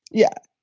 yeah.